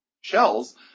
shells